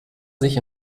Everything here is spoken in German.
sich